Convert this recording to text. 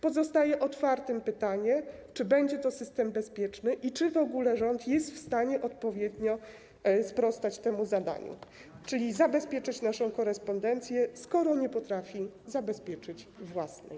Pozostaje otwarte pytanie, czy będzie to system bezpieczny i czy w ogóle rząd jest w stanie sprostać temu zadaniu, czyli zabezpieczyć naszą korespondencję, skoro nie potrafi zabezpieczyć własnej.